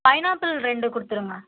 pineapple ரெண்டு கொடுத்துருங்க